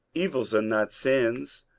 evus are not sins.